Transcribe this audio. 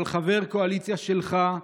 אבל חבר קואליציה שלך,